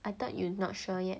I thought you not sure yet